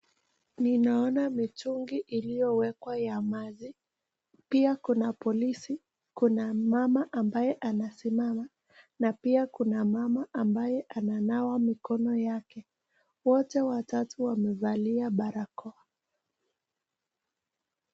Ninaona mitungi iliyowekwa ya maji. Pia kuna polisi, kuna mama ambaye anasimama na pia kuna mama ambaye ananawa mikono yake. Wote watatu wamevalia barakoa.